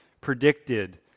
predicted